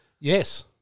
Yes